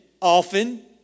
often